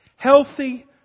Healthy